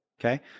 okay